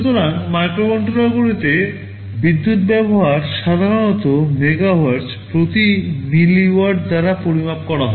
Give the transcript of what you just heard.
সুতরাং মাইক্রোকন্ট্রোলারগুলিতে বিদ্যুত ব্যবহার সাধারণত মেগাওয়ার্টজ প্রতি মিলিওয়াট দ্বারা পরিমাপ করা হয়